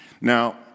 Now